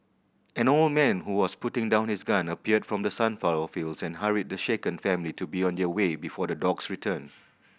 an old man who was putting down his gun appeared from the sunflower fields and hurried the shaken family to be on their way before the dogs return